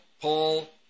Paul